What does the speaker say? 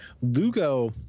Lugo